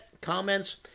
comments